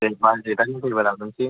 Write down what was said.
जों बाजेटआ मिलायोब्ला लाबोनोसै